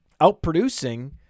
outproducing